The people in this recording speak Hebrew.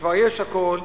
שכבר יש הכול,